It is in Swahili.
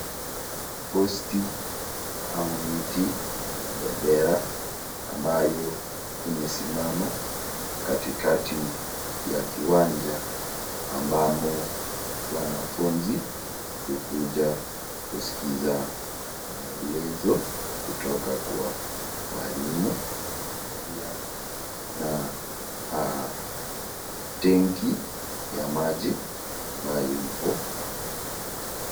Posti ama miti ya bendera ambayo imesimama katikati ya kiwanja, ambamo wanafunzi hukuja kuskiza maelezo kutoka kwa walimu. Pia kuna tenki ya maji ambayo ipo.